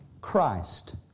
Christ